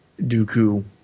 dooku